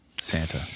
Santa